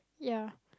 ya